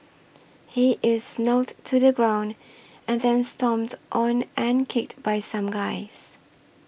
he is knocked to the ground and then stomped on and kicked by some guys